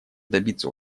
добиться